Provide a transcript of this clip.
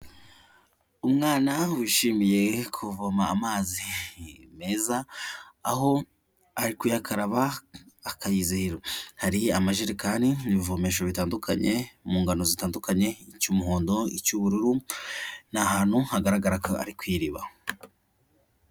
Umwana wishimiye kuvoma amazi meza aho ari kuyakaraba akayizihirwa. Hari amajerekani n'ibivomesho bitandukanye, mu ngano zitandukanye, icy'umuhondo icy'ubururu; ni ahantu hagaragara ko ari ku iriba.